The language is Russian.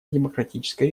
демократической